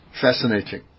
Fascinating